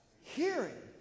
hearing